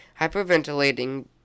Hyperventilating